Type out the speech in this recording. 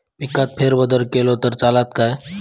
पिकात फेरबदल केलो तर चालत काय?